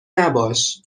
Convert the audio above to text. نباش